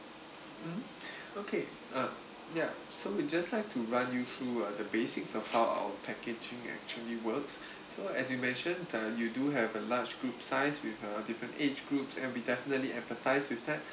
mm okay uh ya so we just like to run you through ah the basics of how our packaging actually works so as you mentioned that you do have a large group size with a different age groups and we definitely empathise with that